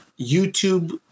YouTube